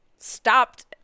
stopped